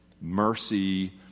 mercy